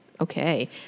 Okay